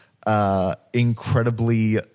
Incredibly